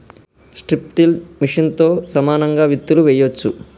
strip till మెషిన్తో సమానంగా విత్తులు వేయొచ్చు